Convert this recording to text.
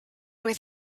with